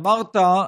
אמרת,